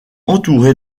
entouré